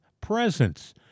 presence